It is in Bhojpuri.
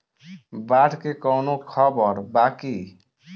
बाढ़ के कवनों खबर बा की?